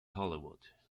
hollywood